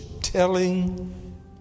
telling